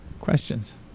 questions